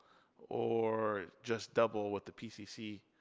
or just double with the pcc?